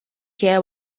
care